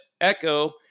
Echo